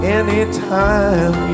anytime